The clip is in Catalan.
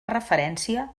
referència